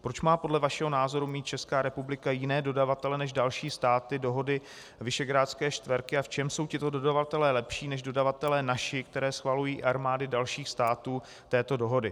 Proč má podle vašeho názoru mít Česká republika jiné dodavatele než další státy dohody Visegrádské čtverky a v čem jsou tito dodavatelé lepší než dodavatelé naši, které schvalují armády dalších států této dohody?